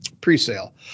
pre-sale